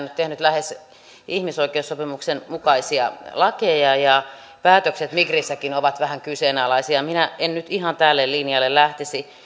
nyt tehnyt lähes ihmisoikeussopimuksen vastaisia lakeja ja päätökset migrissäkin ovat vähän kyseenalaisia minä en nyt ihan tälle linjalle lähtisi